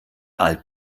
alt